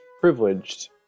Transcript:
privileged